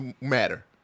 matter